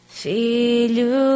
filho